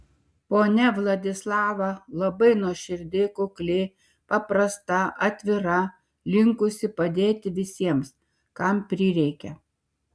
ponia vladislava labai nuoširdi kukli paprasta atvira linkusi padėti visiems kam prireikia